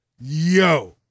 Yo